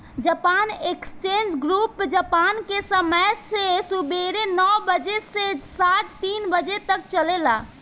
Japan exchange group Japan के समय से सुबेरे नौ बजे से सांझ तीन बजे तक चलेला